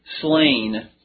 slain